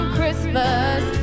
Christmas